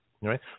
right